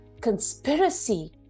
conspiracy